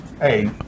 hey